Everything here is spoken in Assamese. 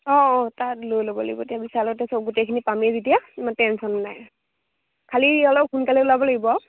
অঁ অঁ তাত লৈ ল'ব লাগিব তেতিয়া বিশালতে চব গোটেইখিনি পামেই যেতিয়া ইমান টেনশ্য়ন নাই খালি অলপ সোনকালে ওলাব লাগিব আৰু